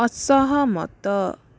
ଅସହମତ